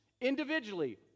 individually